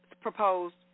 proposed